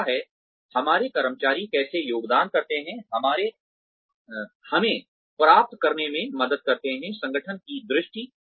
तीसरा है हमारे कर्मचारी कैसे योगदान करते हैं हमें प्राप्त करने में मदद करते हैं संगठन की दृष्टि